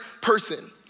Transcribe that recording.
person